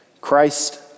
Christ